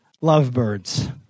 lovebirds